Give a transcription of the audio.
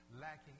Lacking